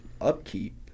upkeep